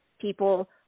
People